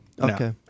Okay